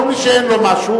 כל מי שאין לו משהו,